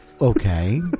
Okay